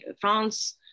France